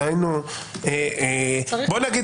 נניח